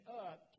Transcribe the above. up